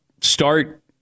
start